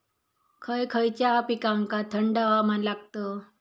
खय खयच्या पिकांका थंड हवामान लागतं?